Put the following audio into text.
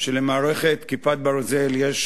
שלמערכת "כיפת ברזל" יש